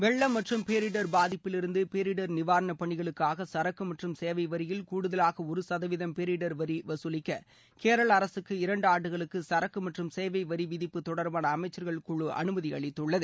வெள்ளம் மற்றும் பேரிடர் பாதிப்பிலிருந்து பேரிடர் நிவாரண பணிகளுக்காக சரக்கு மற்றும் சேவை வரியில் கூடுதவாக ஒரு சதவீதம் பேரிடர் வரி வசூலிக்க கேரள அரசுக்கு இரண்டு ஆண்டுகளுக்கு ஏரக்கு மற்றும் சேவை வரி விதிப்பு தொடர்பாள அமைச்சர்கள் குழு அனுமதி அளித்துள்ளது